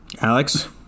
Alex